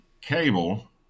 cable